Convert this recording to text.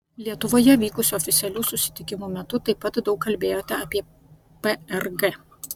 lietuvoje vykusių oficialių susitikimų metu taip pat daug kalbėjote apie prg